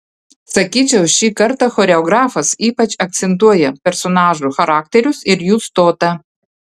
sakyčiau šį kartą choreografas ypač akcentuoja personažų charakterius ir jų stotą